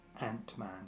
Ant-Man